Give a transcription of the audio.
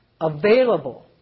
available